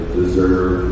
deserve